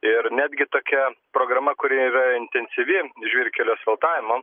ir netgi tokia programa kuri yra intensyvi žvyrkelių asfaltavimo